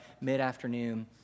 mid-afternoon